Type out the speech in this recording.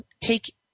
take